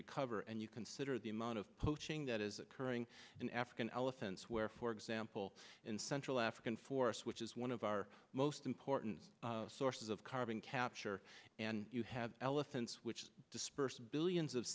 recover and you consider the amount of poaching that is occurring in african elephants where for example in central african force which is one of our most important sources of carbon capture and you have elephants which disperse billions of